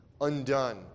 undone